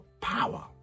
power